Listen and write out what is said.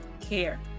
care